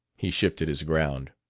he shifted his ground.